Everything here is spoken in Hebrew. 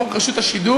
בחוק רשות השידור,